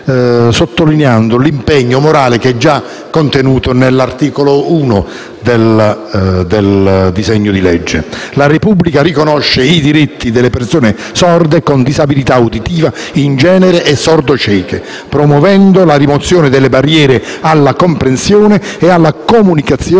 sottolineando l'impegno morale che è già contenuto nell'articolo 1 del disegno di legge: «la Repubblica riconosce i diritti delle persone sorde, con disabilità uditiva in genere e sordocieche, promuovendo la rimozione delle barriere alla comprensione e alla comunicazione